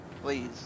Please